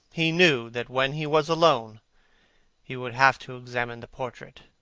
he knew that when he was alone he would have to examine the portrait.